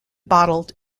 bottled